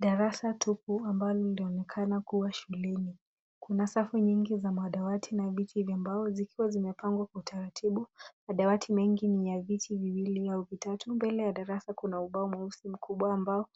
Darasa tupu ambalo linaonekana kuwa shuleni. Kuna safu nyingi za madawati na viti vya mbao zikiwa zimepangwa kwa utaratibu. Madawati mengi ni ya viti viwili au vitatu. Mbele ya darasa kuna ubao mweusi mkubwa wa mbao ambao